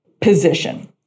position